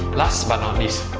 last but not least,